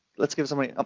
let's give somebody a,